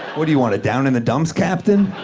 what do you want, a down-in-the-dumps captain?